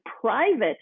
private